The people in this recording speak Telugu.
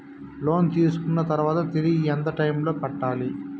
లోను తీసుకున్న తర్వాత తిరిగి ఎంత టైములో కట్టాలి